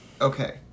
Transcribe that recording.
okay